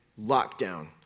lockdown